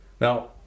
Now